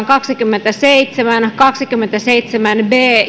kaksikymmentäseitsemän ja kaksikymmentäseitsemän b